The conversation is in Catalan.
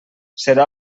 serà